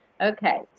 Okay